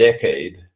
decade